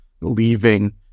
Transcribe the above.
leaving